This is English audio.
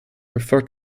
referred